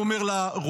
הוא אומר לרועים.